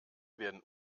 werden